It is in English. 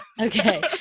okay